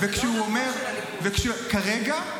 כרגע,